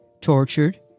tortured